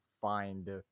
find